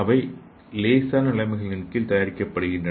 அவை லேசான நிலைமைகளின் கீழ் தயாரிக்கப்படுகின்றன